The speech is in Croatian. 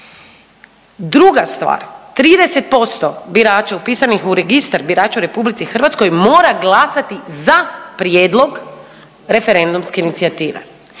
Druga stvar, 30% birača upisanih u registar birača u RH mora glasati za prijedlog referendumske inicijative.